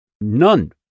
none